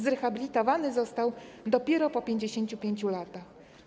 Zrehabilitowany został dopiero po 55 latach.